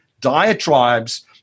diatribes